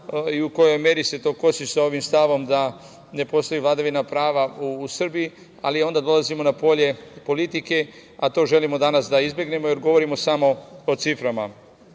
i u kojoj meri se to kosi sa ovim stavom da ne postoji vladavina prava u Srbiji, ali onda dolazimo na polje politike, a to želimo danas da izbegnemo, jer govorimo samo o